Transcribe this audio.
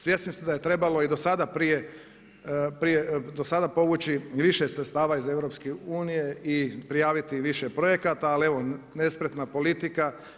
Svjesni smo da je trebalo i dosada povući više sredstava iz EU-a i prijaviti više projekata ali evo, nespretna politika.